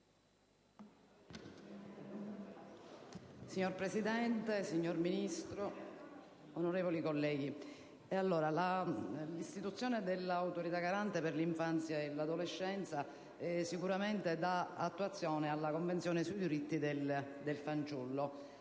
Signor Presidente, signor Ministro, onorevoli colleghi, l'istituzione dell'Autorità garante per l'infanzia e l'adolescenza dà attuazione alla Convenzione sui diritti del fanciullo